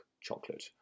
chocolate